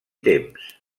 temps